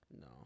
no